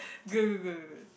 good good good good good